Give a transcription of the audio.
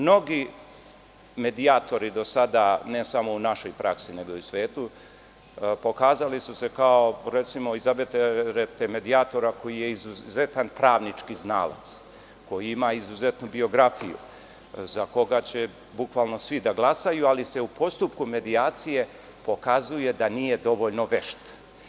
Mnogi medijatori do sada ne samo u našoj praksi nego i u svetu pokazali su se kao, recimo, izaberete medijatora koji je izuzetan pravnički znalac, koji ima izuzetnu biografiju, za koga će bukvalno svi da glasaju, ali se u postupku medijacije pokazuje da nije dovoljno vešt.